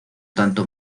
tanto